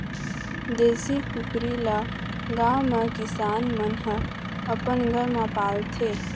देशी कुकरी ल गाँव म किसान मन ह अपन घर म पालथे